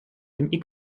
dem